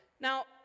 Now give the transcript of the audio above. Now